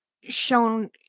shown